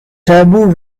taboo